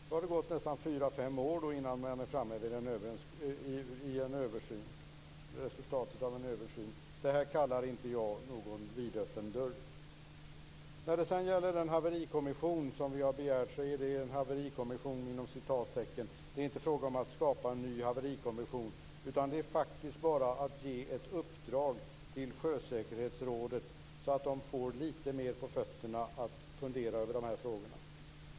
Då har det gått 4-5 år innan man är framme vid resultatet av en översyn. Det här kallar inte jag någon vidöppen dörr. Den haverikommission som vi har begärt är en haverikommission inom citattecken. Det är inte fråga om att skapa en ny haverikommission. Det handlar faktiskt bara om att ge ett uppdrag till Sjösäkerhetsrådet, så att de där får lite mer på fötterna när det gäller att fundera över dessa frågor.